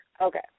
Okay